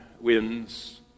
wins